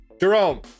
Jerome